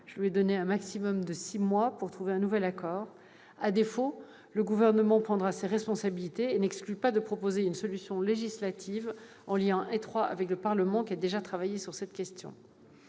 Je lui ai donné un maximum de six mois pour trouver un nouvel accord. À défaut, le Gouvernement prendra ses responsabilités et n'exclut pas de proposer une solution législative, en lien étroit avec le Parlement qui a déjà travaillé sur cette question.